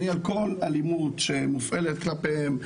אני על כל אלימות שמופעלת כלפיהם,